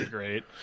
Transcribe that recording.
Great